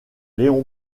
léon